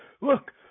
Look